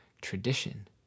tradition